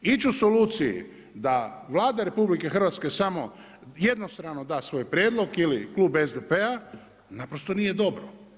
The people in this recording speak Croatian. Ići u soluciji da Vlada RH samo jednostrano da svoj prijedlog ili klub SDP-a naprosto nije dobro.